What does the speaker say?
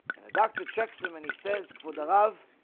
doctor checks him and he says for the love